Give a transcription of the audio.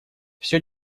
все